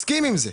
מסכים עם זה.